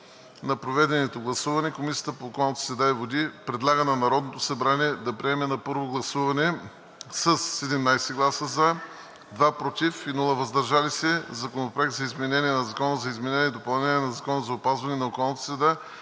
на проведеното гласуване Комисията по околната среда и водите предлага на Народното събрание да приеме на първо гласуване: със 17 гласа „за“, 2 „против“ и без „въздържал се“, Законопроект за изменение на Закона за изменение и допълнение на Закона за опазване на околната среда,